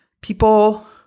people